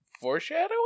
foreshadowing